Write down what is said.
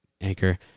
anchor